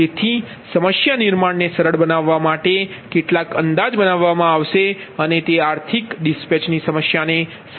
તેથી સમસ્યા નિર્માણને સરળ બનાવવા માટે કેટલાક અંદાજ બનાવવામાં આવશે અને તે આર્થિક રવાનગી ની સમસ્યાને સારી સમજ આપે છે